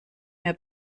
mehr